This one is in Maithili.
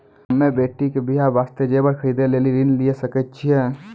हम्मे बेटी के बियाह वास्ते जेबर खरीदे लेली ऋण लिये सकय छियै?